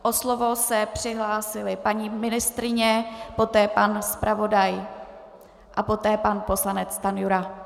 O slovo se přihlásila paní ministryně, poté pan zpravodaj a poté pan poslanec Stanjura.